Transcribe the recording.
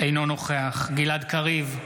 אינו נוכח גלעד קריב,